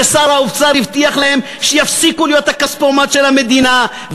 ששר האוצר הבטיח להם שיפסיקו להיות הכספומט של המדינה,